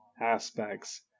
aspects